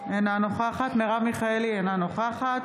אינה נוכחת מרב מיכאלי, אינה נוכחת